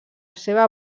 seva